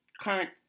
current